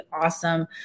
awesome